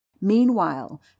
Meanwhile